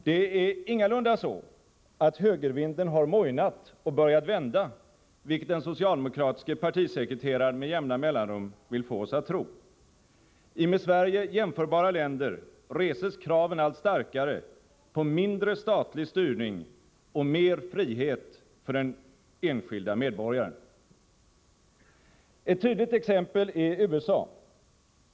Det är ingalunda så, att högervinden har mojnat och börjat vända, vilket den socialdemokratiske partisekreteraren med jämna mellanrum vill få oss att tro. I med Sverige jämförbara länder reses kraven allt starkare på mindre statlig styrning och mer frihet för den enskilde medborgaren. Ett tydligt exempel är USA.